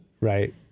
right